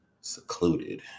secluded